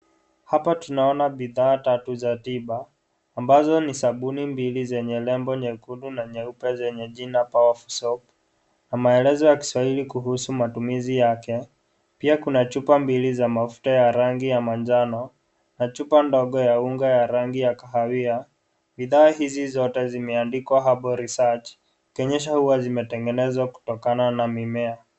Hapa tunaona bidhaa tatu za tiba ambazo ni sabuni mbili zenye nembo nyekundu na nyeupe zenye jina powerful soap na maelezo ya Kiswahili kuhusu matumizi yake. Pia kuna chupa mbili za mafuta ya rangi ya manjano na chupa ndogo ya unga ya rangi ya kahawia. Bidhaa hizi zote zimeandikwa Herbal Research , kuonyesha kuwa zimetengenezwa kutokana na mimea.